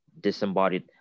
disembodied